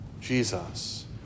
Jesus